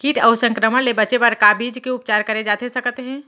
किट अऊ संक्रमण ले बचे बर का बीज के उपचार करे जाथे सकत हे?